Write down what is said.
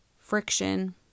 friction